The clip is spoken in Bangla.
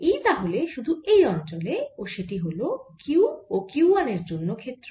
E তাহলে শুধু এই অঞ্চলে ও সেটি হল q ও q 1 এর জন্য ক্ষেত্র